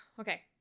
Okay